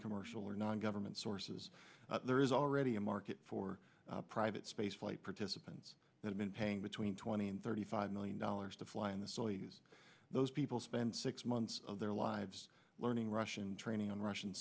noncommercial or non government sources there is already a market for private space flight participants that have been paying between twenty and thirty five million dollars to fly in the soyuz those people spend six months of their lives learning russian training on russian